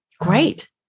Great